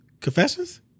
confessions